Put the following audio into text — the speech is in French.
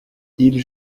ils